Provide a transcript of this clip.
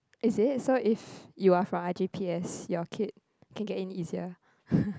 is it so if you are from R_G_P_S your kid can get in easier